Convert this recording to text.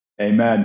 Amen